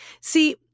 See